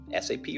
SAP